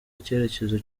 icyerekezo